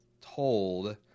told